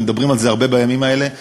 ומדברים על זה הרבה בימים האלה,